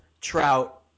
trout